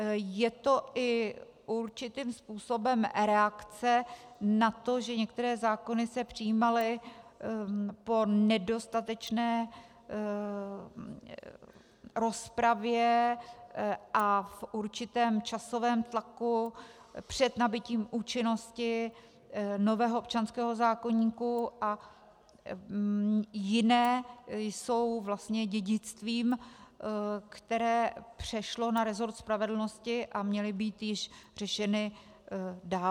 Je to i určitým způsobem reakce na to, že některé zákony se přijímaly po nedostatečné rozpravě a v určitém časovém tlaku před nabytím účinnosti nového občanského zákoníku a jiné jsou vlastně dědictvím, které přešlo na rezort spravedlnosti a měly být již řešeny dávno.